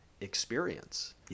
experience